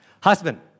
Husband